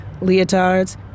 Leotards